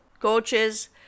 coaches